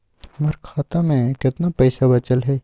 हमर खाता में केतना पैसा बचल हई?